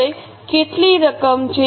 હવે કેટલી રકમ છે